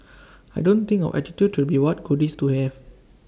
I don't think our attitude should be what goodies do we have